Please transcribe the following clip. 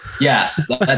Yes